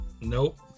Nope